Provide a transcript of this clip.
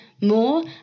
More